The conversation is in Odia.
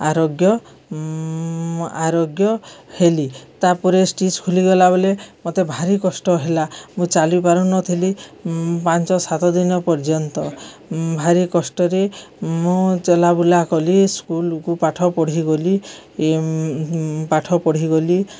ଆରୋଗ୍ୟ ଆରୋଗ୍ୟ ହେଲି ତା'ପରେ ଷ୍ଟିଚ୍ ଖୋଲିଗଲା ବେଳେ ମୋତେ ଭାରି କଷ୍ଟ ହେଲା ମୁଁ ଚାଲିପାରୁନଥିଲି ପାଞ୍ଚ ସାତ ଦିନ ପର୍ଯ୍ୟନ୍ତ ଭାରି କଷ୍ଟରେ ମୁଁ ଚଲା ବୁଲା କଲି ସ୍କୁଲକୁ ପାଠ ପଢ଼ିଗଲି ପାଠ ପଢ଼ିଗଲି